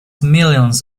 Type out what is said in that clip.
millions